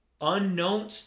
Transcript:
unknown